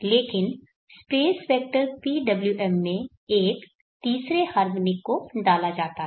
लेकिन space vector PWM में एक तीसरे हार्मोनिक को डाला जाता है